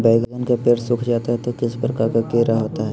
बैगन के पेड़ सूख जाता है तो किस प्रकार के कीड़ा होता है?